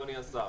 אדוני השר.